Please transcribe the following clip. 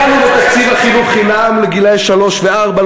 לא נגענו בתקציב החינוך חינם לגילאי שלוש וארבע,